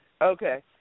Okay